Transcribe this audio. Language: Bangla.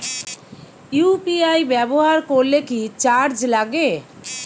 ইউ.পি.আই ব্যবহার করলে কি চার্জ লাগে?